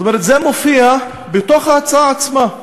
זאת אומרת, זה מופיע בתוך ההצעה עצמה.